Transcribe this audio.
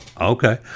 okay